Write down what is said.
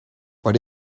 what